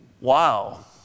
Wow